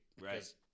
Right